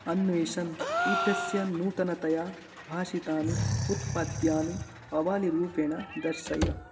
अन्वेशन् इत्यस्य नूतनतया भासितानि उत्पाद्यानि आवलीरूपेण दर्शय